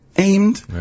aimed